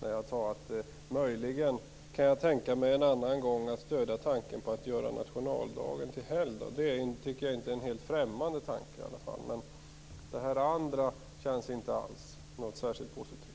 när jag sade att jag möjligen en annan gång kan tänka mig att stödja tanken på att göra nationaldagen till helgdag. Det är i alla fall inte en helt främmande tanke. Det andra känns inte alls särskilt positivt.